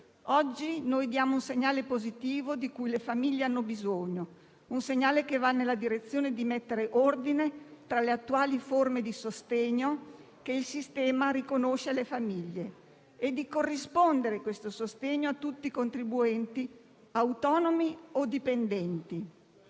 Oggi diamo un segnale positivo, di cui le famiglie hanno bisogno, che va nella direzione di mettere ordine tra le attuali forme di sostegno che il sistema riconosce alle famiglie e di corrispondere questo sostegno a tutti i contribuenti, autonomi o dipendenti.